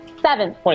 Seven